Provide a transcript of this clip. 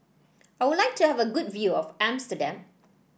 I would like to have a good view of Amsterdam